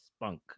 spunk